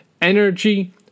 energy